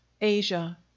asia